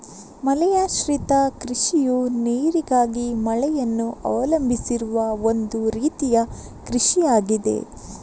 ಮಳೆಯಾಶ್ರಿತ ಕೃಷಿಯು ನೀರಿಗಾಗಿ ಮಳೆಯನ್ನು ಅವಲಂಬಿಸಿರುವ ಒಂದು ರೀತಿಯ ಕೃಷಿಯಾಗಿದೆ